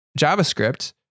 JavaScript